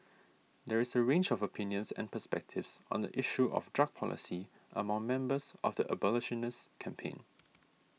there is a range of opinions and perspectives on the issue of drug policy among members of the abolitionist campaign